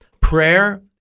Prayer